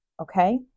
Okay